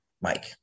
Mike